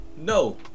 No